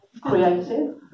creative